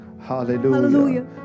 Hallelujah